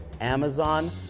Amazon